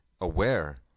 aware